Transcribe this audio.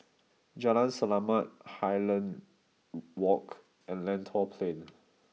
Jalan Selamat Highland Walk and Lentor Plain